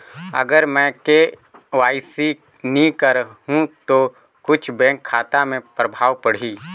अगर मे के.वाई.सी नी कराहू तो कुछ बैंक खाता मे प्रभाव पढ़ी?